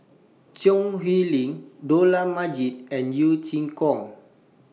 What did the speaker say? Choo Hwee Lim Dollah Majid and Yeo Chee Kiong